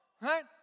right